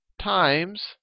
times